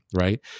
right